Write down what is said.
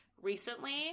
recently